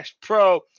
Pro